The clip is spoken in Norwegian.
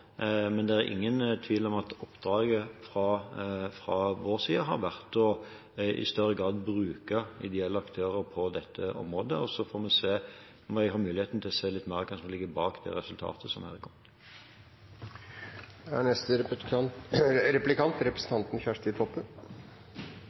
men det er ingen tvil om at oppdraget fra vår side har vært i større grad å bruke ideelle aktører på dette området. Så får vi se om jeg har muligheten til å se litt mer på hva som ligger bak det resultatet som her er